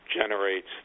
generates